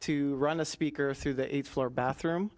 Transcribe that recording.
to run a speaker through the eighth floor bathroom